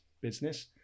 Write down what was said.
business